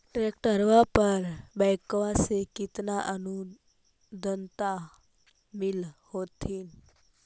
ट्रैक्टरबा पर बैंकबा से कितना अनुदन्मा मिल होत्थिन?